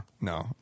No